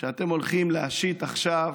שאתם הולכים להשית עכשיו